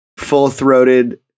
full-throated